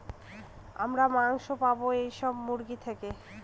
আমরা মাংস পাবো এইসব মুরগি থেকে